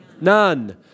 None